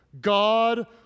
God